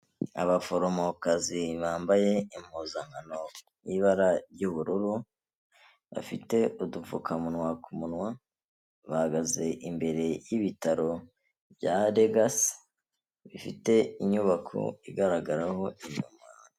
Abaforomokazi bambaye impuzankano y'ibara ry'ubururu, bafite udupfukamunwa ku munwa, bahagaze imbere y'ibitaro bya Legasi, bifite inyubako igaragaraho inyuma.